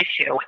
issue